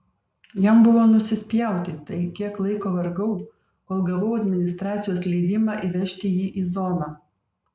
jam buvo nusispjauti į tai kiek laiko vargau kol gavau administracijos leidimą įvežti jį į zoną